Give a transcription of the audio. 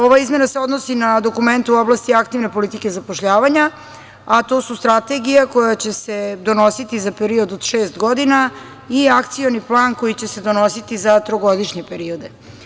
Ova izmena se odnosi na dokument u oblasti aktivne politike zapošljavanja, a to su strategija koja će se donositi za period od šest godina i akcioni plan koji će se donositi za trogodišnje periode.